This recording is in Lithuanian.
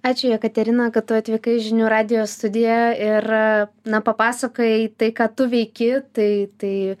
ačiū jekaterina kad tu atvykai į žinių radijo studiją ir na papasakojai tai ką tu veiki tai tai